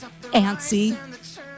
Antsy